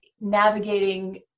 navigating